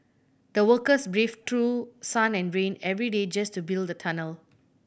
the workers braved through sun and rain every day just to build the tunnel